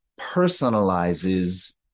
personalizes